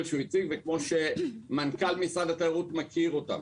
שהוא הציג ומנכ"ל משרד התיירות מכיר אותם.